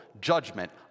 judgment